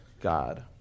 God